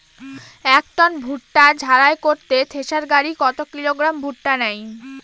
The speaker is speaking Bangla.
এক টন ভুট্টা ঝাড়াই করতে থেসার গাড়ী কত কিলোগ্রাম ভুট্টা নেয়?